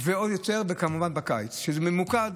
ועוד יותר בקיץ זה ממוקד.